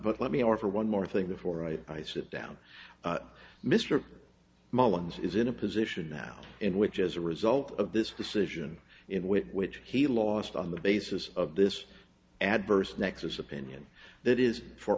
but let me or for one more thing before i sit down mr mullins is in a position now in which as a result of this decision in which which he lost on the basis of this adverse nexus opinion that is for